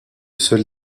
seul